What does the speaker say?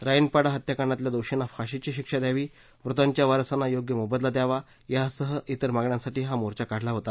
राईनपाडा हत्याकांडातल्या दोषींना फाशीची शिक्षा द्यावी मृतांच्या वारसांना योग्य मोबदला द्यावा यासह इतर मागण्यांसाठी हा मोर्चा काढला होता